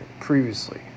previously